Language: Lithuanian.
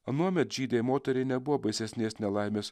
anuomet žydei moteriai nebuvo baisesnės nelaimės